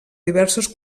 diverses